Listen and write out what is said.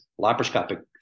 laparoscopic